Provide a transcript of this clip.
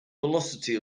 velocity